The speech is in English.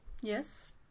Yes